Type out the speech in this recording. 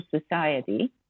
society